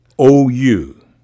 OU